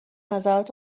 نظرات